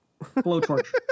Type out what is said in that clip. Blowtorch